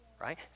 Right